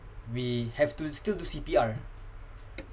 we have to still do C_P_R